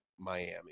Miami